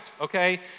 okay